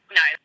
no